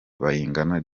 bayingana